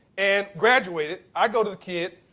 and graduated. i go to the kid,